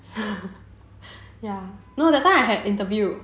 ya no that time I had interview